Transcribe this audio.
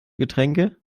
getränke